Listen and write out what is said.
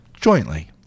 jointly